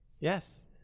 Yes